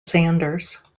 sanders